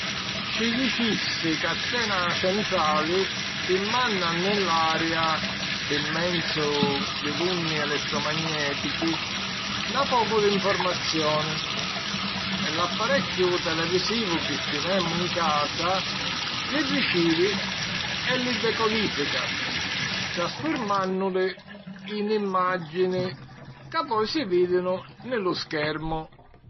Ci dicissi ca c'è na centrali chi manna nni l'aria, pi menzu di l'unni elettromagnètichi, na pocu di nformazioni e l'apparecchiu televisivu chi tinemu 'n casa li ricivi e li decodìfica, trasfurmànnuli in imàgini ca poi si vìdinu nni lu schermu.